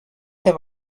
have